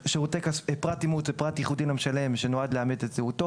"פרט אימות" הוא פרט ייחודי למשלם שנועד לאמת את זהותו,